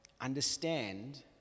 understand